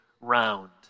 round